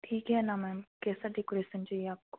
ठीक है ना मैम कैसा डेकोरेसन चाहिए आपको